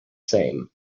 same